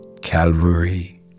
Calvary